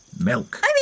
milk